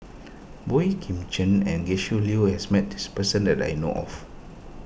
Boey Kim Cheng and Gretchen Liu has met this person that I know of